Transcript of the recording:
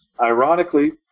ironically